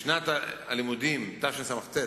בשנת הלימודים תשס"ט,